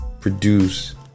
produce